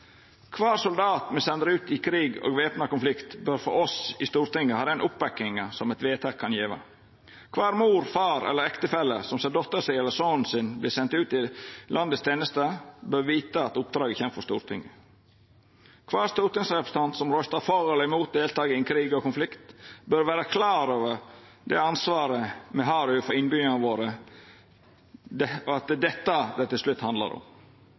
Kvar soldat me sender ut i krig og væpna konflikt, bør frå oss i Stortinget ha den oppbakkinga som eit vedtak kan gjeva. Kvar mor, far eller ektefelle som ser dotter si eller sonen sin verta send ut i teneste for landet, bør vita at oppdraget kjem frå Stortinget. Kvar stortingsrepresentant som røystar for eller imot deltaking i krig og konflikt, bør vera klar over det ansvaret me har overfor innbyggjarane våre, og at det er dette det til slutt handlar om.